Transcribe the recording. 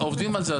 עובדים על זה.